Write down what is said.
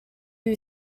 who